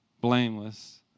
blameless